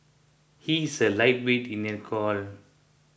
he is a lightweight in alcohol